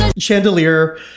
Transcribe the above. Chandelier